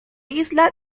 isla